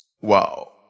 Wow